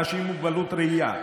אנשים עם מוגבלות ראייה,